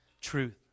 truth